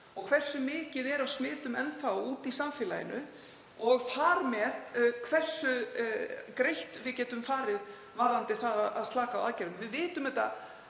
og hversu mikið er af smitum enn þá úti í samfélaginu og þar með hversu greitt við getum farið í að slaka á aðgerðum. Við vitum þetta